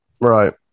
Right